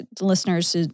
listeners